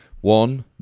one